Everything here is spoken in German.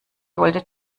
wollte